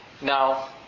Now